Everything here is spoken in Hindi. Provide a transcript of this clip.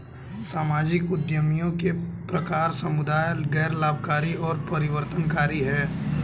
सामाजिक उद्यमियों के प्रकार समुदाय, गैर लाभकारी और परिवर्तनकारी हैं